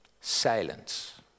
silence